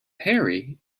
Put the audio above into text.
parry